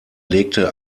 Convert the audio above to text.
legte